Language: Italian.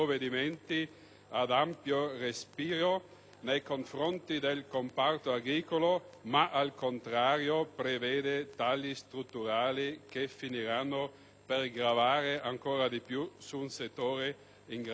ad ampio respiro nei confronti del comparto agricolo ma, al contrario, prevede tagli strutturali che finiranno per gravare ancor di più su un settore in grave crisi.